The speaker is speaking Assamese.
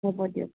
হ'ব দিয়ক